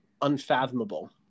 unfathomable